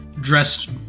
dressed